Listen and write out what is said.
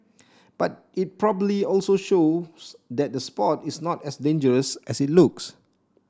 but it probably also shows that the sport is not as dangerous as it looks